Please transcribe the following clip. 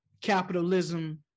capitalism